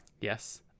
Yes